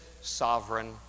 sovereign